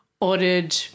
ordered